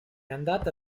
andata